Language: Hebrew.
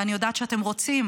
ואני יודעת שאתם רוצים